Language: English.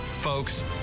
Folks